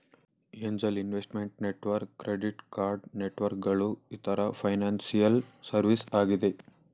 angel investment network, credit card networks ಗಳು ಇತರ financial service ಆಗಿದೆ